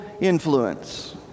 influence